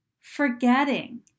forgetting